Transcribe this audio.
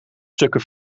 stukken